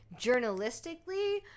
journalistically